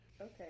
Okay